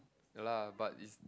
lah but it's